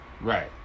Right